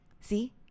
See